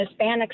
Hispanics